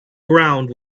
ground